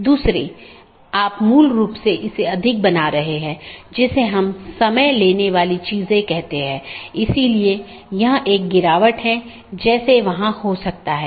तो यह दूसरे AS में BGP साथियों के लिए जाना जाता है